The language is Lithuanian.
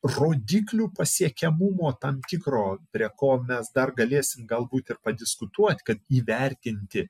rodiklių pasiekiamumo tam tikro prie ko mes dar galėsime galbūt ir padiskutuoti kad įvertinti